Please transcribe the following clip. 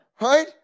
right